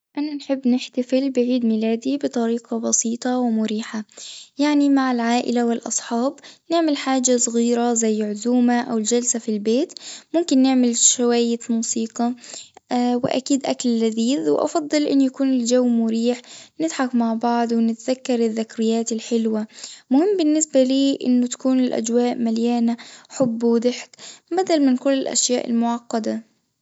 أنا نحب نحتفل بعيد ميلادي بطريقة بسيطة ومريحة يعني مع العائلة والأصحاب نعمل حاجة صغيرة زي عزومة أو جلسة في البيت، ممكن نعمل شوية موسيقى وأكيد أكل لذيذ وأفضل أن يكون الجو مريح، نضحك مع بعض ونتذكر الذكريات المهم بالنسبة لي إنه تكون الأجواء مليانة حب وضحك بدل من كل الأشياء المعقدة.